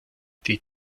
die